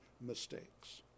mistakes